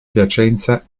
piacenza